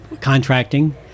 contracting